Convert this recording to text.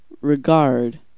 Regard